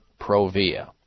Provia